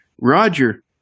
Roger